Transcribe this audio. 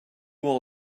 all